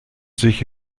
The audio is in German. sich